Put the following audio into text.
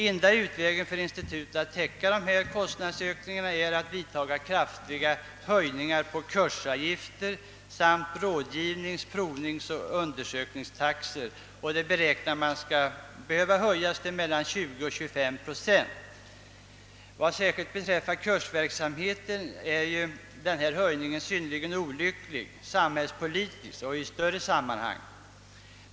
Enda utvägen för institutet att täcka dessa kostnadsökningar är att vidtaga kraftiga höjningar på kursavgifter samt rådgivnings-, provningsoch undersökningstaxor, beräknade till mellan 20 och 25 procent. Vad särskilt beträffar kursverksamheten är denna höjning synnerligen olycklig, samhällspolitiskt och sett i ett större sammanhang.